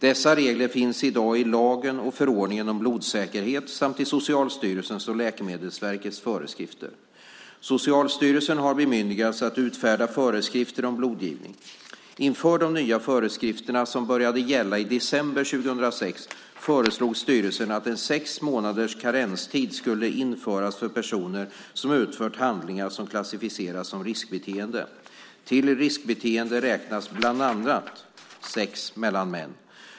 Dessa regler finns i dag i lagen och förordningen om blodsäkerhet samt i Socialstyrelsens och Läkemedelsverkets föreskrifter. Socialstyrelsen har bemyndigats att utfärda föreskrifter om blodgivning. Inför de nya föreskrifterna som började gälla i december 2006 föreslog styrelsen att en sex månaders karenstid skulle införas för personer som utfört handlingar som klassificeras som riskbeteende. Till riskbeteende räknas bland annat sex mellan män.